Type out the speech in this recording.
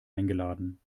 eingeladen